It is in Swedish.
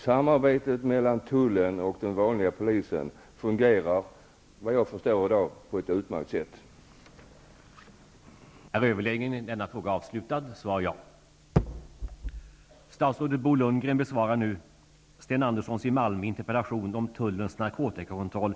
Samarbetet mellan tullen och den vanliga polisen fungerar såvitt jag förstår på ett utmärkt sätt i dag.